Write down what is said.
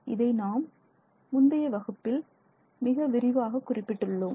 இதை நாம் முந்தைய வகுப்பில் மிக விரிவாக குறிப்பிட்டுள்ளோம்